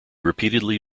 repeatedly